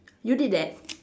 you did that